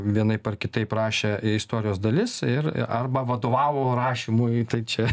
vienaip ar kitaip rašė istorijos dalis ir arba vadovavo rašymui tai čia